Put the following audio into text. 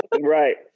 Right